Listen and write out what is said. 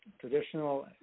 traditional